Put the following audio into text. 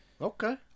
Okay